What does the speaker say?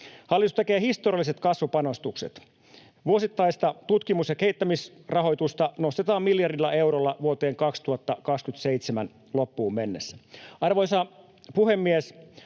Hallitus tekee historialliset kasvupanostukset. Vuosittaista tutkimus‑ ja kehittämisrahoitusta nostetaan miljardilla eurolla vuoden 2027 loppuun mennessä. Arvoisa puhemies!